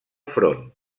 front